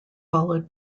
followed